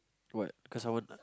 what cause I wanna